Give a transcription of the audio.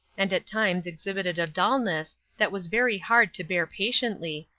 and at times exhibited a dullness that was very hard to bear patiently,